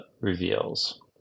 Reveals